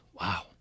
wow